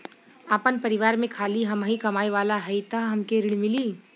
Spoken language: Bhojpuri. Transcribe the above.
आपन परिवार में खाली हमहीं कमाये वाला हई तह हमके ऋण मिली?